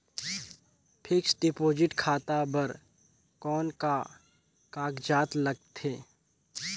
Fixed deposit खाता बर कौन का कागजात लगथे?